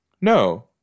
No